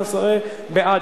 התשע"א 2011: בעד,